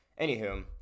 Anywho